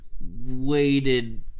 waited